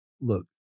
look